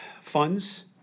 funds